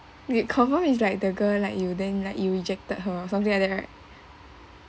you confirm is like the girl like you then like you rejected her something like that right